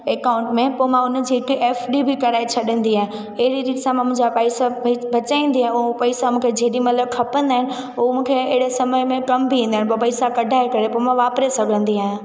account में पोइ मां उन जी हिकु एफडी बि कराए छॾंदी आहियां अहिड़ी रीति सां मां मुंहिंजा पैसा भई बचाईंदी आहियां ऐं उहो पैसा मूंखे जेॾीमहिल खपंदा आहिनि उहो मूंखे अहिड़े समय में कम बि ईंदा आहिनि ॿ पैसा कढाए करे पोइ मां वापिरे सघंदी आहियां